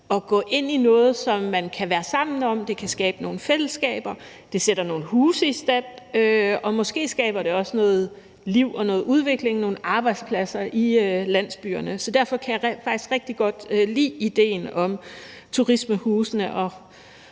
at gå ind i noget, som man kan være sammen om. Det kan skabe nogle fællesskaber. Det sætter nogle huse i stand, og måske skaber det også noget liv og noget udvikling og nogle arbejdspladser i landsbyerne. Derfor kan jeg faktisk rigtig godt lide idéen om turismehusene, og